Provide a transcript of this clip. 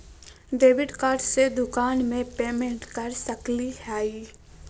Debit card से दुकान में पेमेंट कर सकली हई?